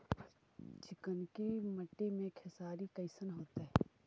चिकनकी मट्टी मे खेसारी कैसन होतै?